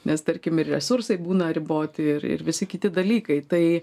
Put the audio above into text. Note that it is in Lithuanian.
nes tarkim ir resursai būna riboti ir ir visi kiti dalykai tai